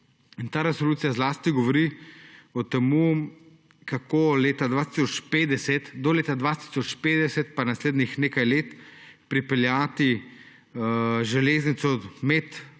ta resolucija zlasti govori o tem, kako do leta 2050 in naslednjih nekaj let pripeljati železnico med